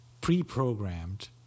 pre-programmed